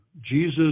Jesus